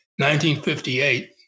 1958